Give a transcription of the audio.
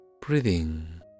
breathing